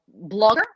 blogger